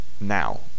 now